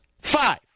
Five